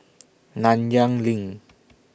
Nanyang LINK